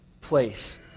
place